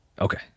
okay